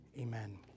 amen